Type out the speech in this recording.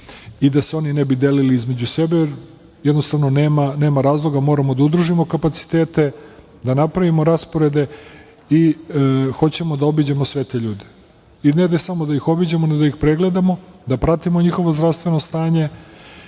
i da se oni ne bi delili između sebe, jer jednostavno nema razloga, moramo da udružimo kapacitete, da napravimo rasporede. Hoćemo da obiđemo sve te ljude. Ne samo da ih obiđemo, nego da ih pregledamo, da pratimo njihovo zdravstveno stanje.